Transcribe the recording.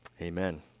Amen